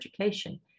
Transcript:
education